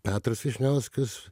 petras vyšniauskas